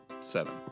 Seven